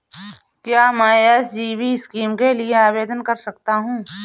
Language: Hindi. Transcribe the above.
क्या मैं एस.जी.बी स्कीम के लिए आवेदन कर सकता हूँ?